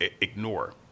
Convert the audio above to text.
ignore